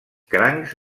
crancs